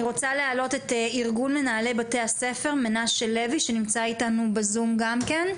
אני רוצה למקד אותנו למטרה שלשמה התכנסנו לדיון כאן.